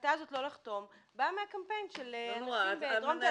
ההחלטה הזאת לא לחתום באה מהקמפיין של האנשים בדרום תל